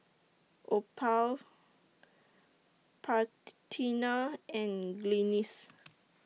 Opal Parthenia and Glynis